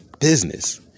business